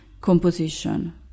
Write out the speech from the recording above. composition